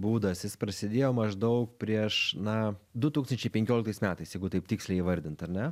būdas jis prasidėjo maždaug prieš na du tūkstančiai penkioliktais metais jeigu taip tiksliai įvardint ar ne